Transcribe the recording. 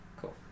Cool